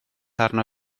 arno